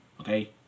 okay